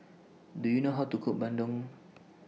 Do YOU know How to Cook Bandung